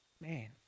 Man